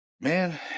man